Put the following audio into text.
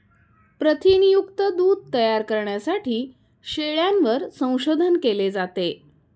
प्रथिनयुक्त दूध तयार करण्यासाठी शेळ्यांवर संशोधन केले जाते